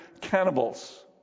cannibals